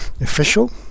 official